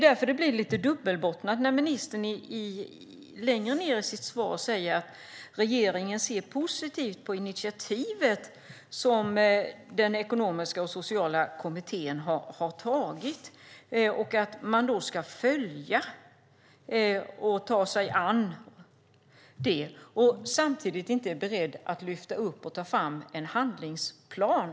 Därför blir det lite dubbelbottnat när ministern längre ned i sitt svar säger att regeringen ser positivt på det initiativ som den ekonomiska och sociala kommittén har tagit. Man ska följa och ta sig an detta, men samtidigt är man inte beredd att lyfta upp och ta fram en handlingsplan.